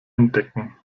entdecken